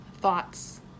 thoughts